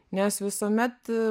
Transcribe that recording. nes visuomet